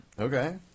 Okay